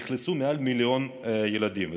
אכלסו מעל מיליון ילדים.